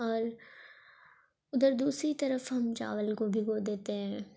اور اُدھر دوسری طرف ہم چاول کو بھگو دیتے ہیں